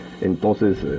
entonces